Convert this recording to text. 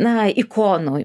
na ikonų